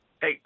hey